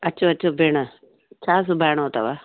अचो अचो भेण छा सुबाहिणो अथव